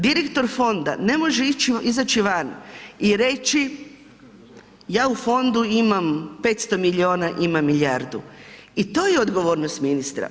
Direktor fonda ne može izaći van i reći ja u fondu imam 500 miliona, imam milijardu i to je odgovornost ministra.